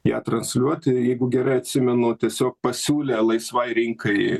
ją transliuoti jeigu gerai atsimenu tiesiog pasiūlė laisvai rinkai